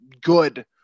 good